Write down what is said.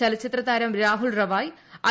ചലച്ചിത്ര താരം രാഹുൽ റവായ് ഐ